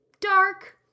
dark